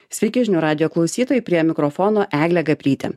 sveiki žinių radijo klausytojai prie mikrofono eglė gabrytė